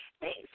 Thanks